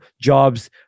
jobs